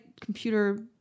computer